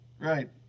right